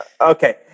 Okay